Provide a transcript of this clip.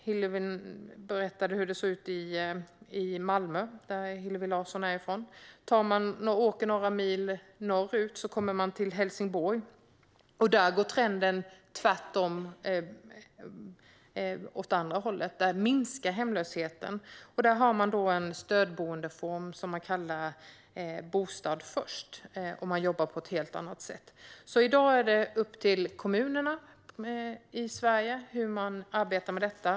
Hillevi Larsson berättade hur det ser ut i Malmö, som hon kommer från. Åker man några mil norrut kommer man till Helsingborg. Där går trenden åt andra hållet - hemlösheten minskar. Man har där en stödboendeform som man kallar Bostad först, och man jobbar på ett helt annat sätt. I dag är det alltså upp till kommunerna i Sverige hur de ska arbeta med detta.